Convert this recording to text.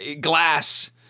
glass